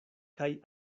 kaj